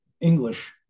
English